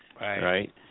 right